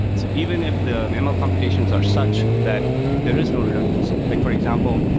so even if the ml computations are such that there is no redundancy. like for example,